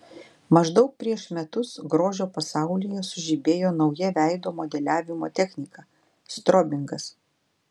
maždaug prieš metus grožio pasaulyje sužibėjo nauja veido modeliavimo technika strobingas